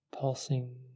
pulsing